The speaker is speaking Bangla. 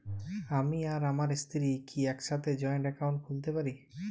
আমি আর আমার স্ত্রী কি একসাথে জয়েন্ট অ্যাকাউন্ট খুলতে পারি?